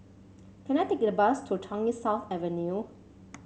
can I take the bus to Changi South Avenue